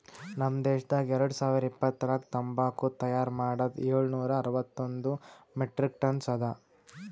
ನಮ್ ದೇಶದಾಗ್ ಎರಡು ಸಾವಿರ ಇಪ್ಪತ್ತರಾಗ ತಂಬಾಕು ತೈಯಾರ್ ಮಾಡದ್ ಏಳು ನೂರಾ ಅರವತ್ತೊಂದು ಮೆಟ್ರಿಕ್ ಟನ್ಸ್ ಅದಾ